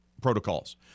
protocols